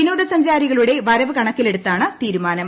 വിനോദസഞ്ചാരികളുടെ വരവ് കണക്കിലെടുത്താണ് തീരുമാനം